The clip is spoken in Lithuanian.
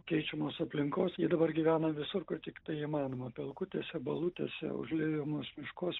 keičiamos aplinkos ji dabar gyvena visur kur tiktai įmanoma pelkutėse balutėse užliejamuos miškuos